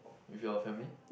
with your family